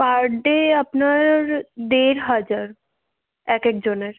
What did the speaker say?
পার day আপনার দেড় হাজার এক একজনের